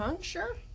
Sure